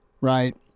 right